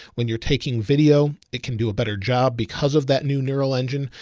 when you're taking video, it can do a better job because of that new neural engine,